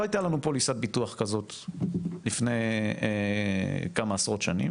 לא הייתה לנו פוליסת ביטוח כזו לפני כמה עשרות שנים.